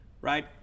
right